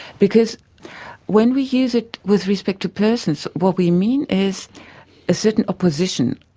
because when we use it with respect to persons, what we mean is a certain opposition.